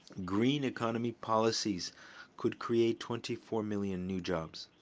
green economy policies could create twenty four million new jobs.